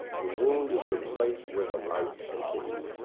the wound is the place where the light enters you,